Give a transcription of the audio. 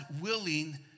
willing